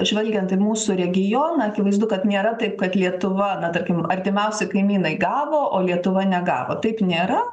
žvelgiant į mūsų regioną akivaizdu kad nėra taip kad lietuva na tarkim artimiausi kaimynai gavo o lietuva negavo taip nėra